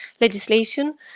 legislation